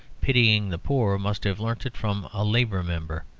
pitying the poor, must have learnt it from a labour member.